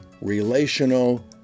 relational